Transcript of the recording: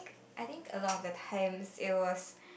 I think a lot of the times it was